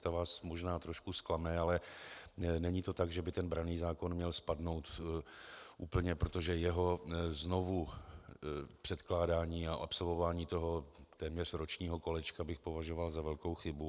Ta vás možná trošku zklame, ale není to tak, že by ten branný zákon měl spadnout úplně, protože jeho znovupředkládání a absolvování toho téměř ročního kolečka bych považoval za velkou chybu.